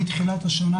מתחילת השנה,